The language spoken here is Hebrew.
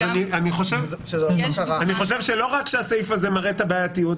לא רק שהסעיף הזה מראה את הבעייתיות,